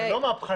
זה לא מהפכני.